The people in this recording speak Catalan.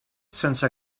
sense